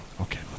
Okay